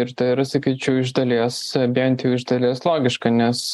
ir tai yra sakyčiau iš dalies bent iš jau dalies logiška nes